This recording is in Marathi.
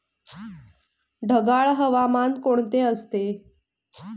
ढगाळ हवामान कोणते असते?